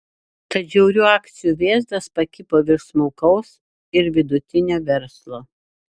tad žiaurių akcijų vėzdas pakibo virš smulkaus ir vidutinio verslo